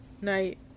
night